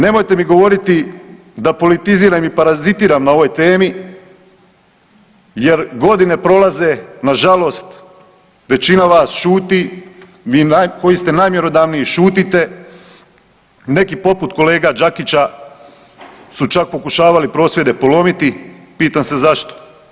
Nemojte mi govoriti da politiziram i parazitiram na ovoj temi jer godine prolaze nažalost većina vas šuti, vi koji ste najmjerodavniji šutite, neki poput kolega Đakića su čak pokušavali prosvjede polomiti, pitam se zašto.